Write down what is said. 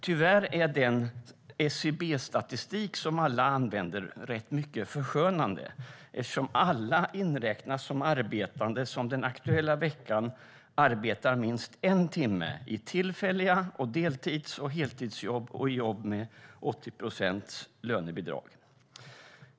Tyvärr är den SCB-statistik som alla använder rätt mycket förskönande, eftersom alla räknas som arbetande som den aktuella veckan arbetar minst en timme i tillfälliga jobb, i deltids och heltidsjobb och i jobb med 80 procent lönebidrag.